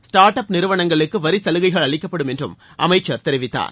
start up நிறுவனங்களுக்கு வரிச்சலுகைகள் அளிக்கப்படும் என்றும் அமைச்சர் அறிவித்தார்